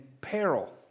peril